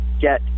get